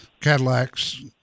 Cadillac's